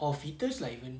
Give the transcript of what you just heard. or fittest lah even